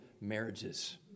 marriages